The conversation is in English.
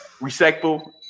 respectful